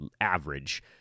average